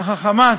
אך ה"חמאס"